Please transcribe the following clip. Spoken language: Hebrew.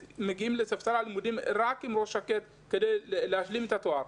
לספסל הלימודים עם ראש שקט כדי להשלים את התואר,